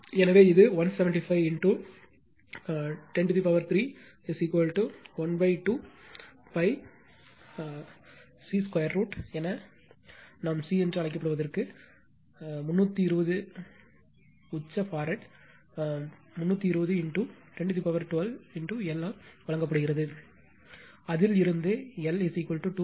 எனவே இது 175 10312 π c√ என நாம் சி என்று அழைக்கப்படுவதற்கு 320 உச்ச ஃபாரட் 320 10 12 எல் வழங்கப்படுகிறது அதில் இருந்து எல் 2